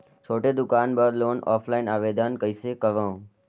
छोटे दुकान बर लोन ऑफलाइन आवेदन कइसे करो?